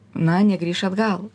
na negrįš atgal